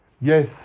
Yes